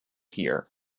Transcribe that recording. here